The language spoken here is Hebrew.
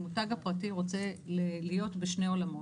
המותג הפרטי רוצה להיות בשני עולמות.